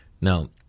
Now